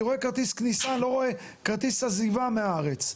אני רואה כרטיס כניסה ואני לא רואה כרטיס עזיבה מהארץ.